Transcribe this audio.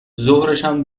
ظهرشم